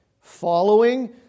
following